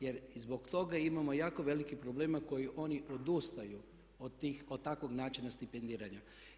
Jer i zbog toga imamo jako velikih problema koji oni odustaju od takvog načina stipendiranja.